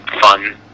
fun